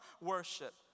worship